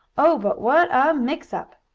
oh, but what a mix-up!